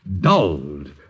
dulled